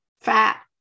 fat